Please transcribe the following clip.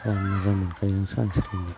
जा मोजां मोनखायो सानस्रिनो